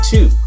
Two